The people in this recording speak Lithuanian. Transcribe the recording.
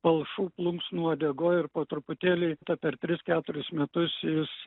palšų plunksnų uodegoj ir po truputėlį ta per tris keturis metus jis